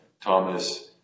Thomas